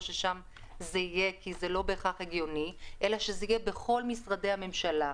ששם זה יהיה כי זה לא בהכרח הגיוני - אלא שזה יהיה בכל משרדי הממשלה.